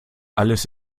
alles